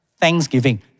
Thanksgiving